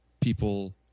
people